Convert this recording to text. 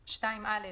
(2א)